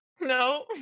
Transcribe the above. No